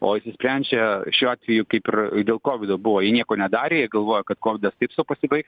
o išsisprendžia šiuo atveju kaip ir dėl kovido buvo jie nieko nedarė jie galvojo kad kovidas taip sau pasibaigs